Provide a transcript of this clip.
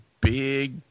big